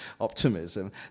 optimism